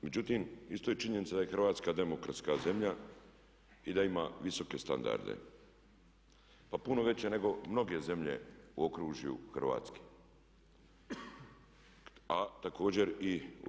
Međutim, isto je činjenica da je Hrvatska demokratska zemlja i da ima visoke standarde, pa puno veće nego mnoge zemlje u okružju Hrvatske, a također i u EU.